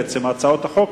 בעצם הצעות החוק,